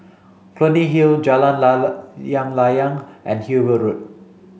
Clunny Hill Jalan Layang and Hillview Road